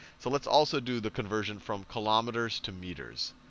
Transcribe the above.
so let's also do the conversion from kilometers to meters.